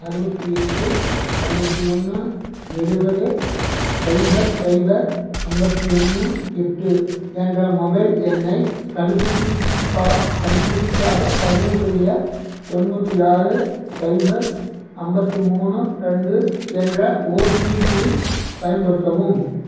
அறுபத்தி எட்டு அறுபத்தி ஒன்று எழுபது சைபர் சைபர் ஐம்பத்தி ஒன்று எட்டு என்ற மொபைல் எண்ணை தடுப்பூசிக்கா தடுப்பூசிக்காகப் பதிவுசெய்ய தொண்ணூற்றி ஆறு சைபர் ஐம்பத்தி மூணு ரெண்டு என்ற ஓடிபி பயன்படுத்தவும்